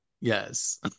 Yes